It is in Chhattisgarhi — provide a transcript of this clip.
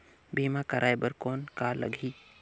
बीमा कराय बर कौन का लगही?